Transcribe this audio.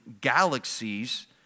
galaxies